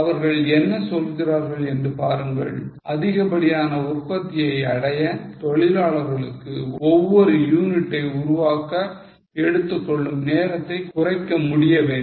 அவர்கள் என்ன சொல்கிறார்கள் என்று பாருங்கள் அதிகப்படியான உற்பத்தியை அடைய தொழிலாளர்களுக்கு ஒவ்வொரு யூனிட்டை உருவாக்க எடுத்துக்கொள்ளும் நேரத்தை குறைக்க முடிய வேண்டும்